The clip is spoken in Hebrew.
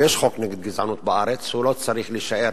ויש חוק נגד גזענות בארץ, שלא צריך להישאר